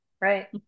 Right